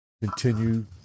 continue